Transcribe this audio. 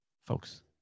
folks